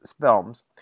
films